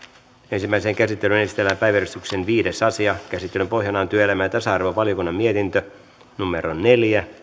ensimmäiseen käsittelyyn esitellään päiväjärjestyksen viides asia käsittelyn pohjana on työelämä ja tasa arvovaliokunnan mietintö neljä